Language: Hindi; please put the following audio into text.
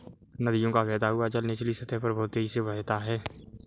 नदियों का बहता हुआ जल निचली सतह पर बहुत तेजी से बहता है